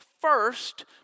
first